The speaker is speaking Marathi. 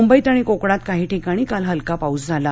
मुंबईत आणि कोकणात काही ठिकाणी काल हलका पाऊस झाला